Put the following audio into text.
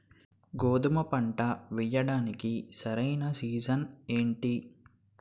గోధుమపంట వేయడానికి సరైన సీజన్ ఏంటి?